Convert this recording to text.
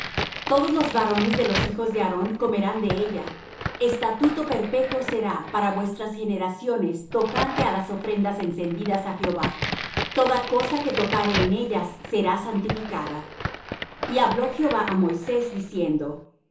todos los varones de los hijos de aarón comerán de ella estatuto perpetuo será para vuestras generaciones tocante á las ofrendas encendidas de jehová toda cosa que tocare en ellas será santificada y habló jehová á moisés diciendo